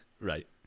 Right